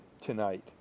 tonight